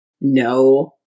no